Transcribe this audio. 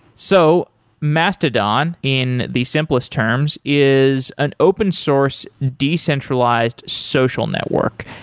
so mastodon in the simplest terms is an open source, decentralized social network.